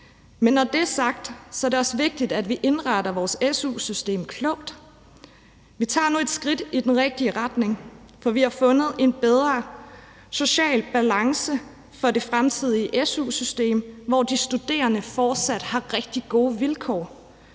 Men når det er sagt, er det også vigtigt, at vi indretter vores su-system klogt. Vi tager nu et skridt i den rigtige retning, for vi har fundet en bedre social balance for det fremtidige su-system, hvor de studerende fortsat har rigtig gode vilkår,